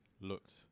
looked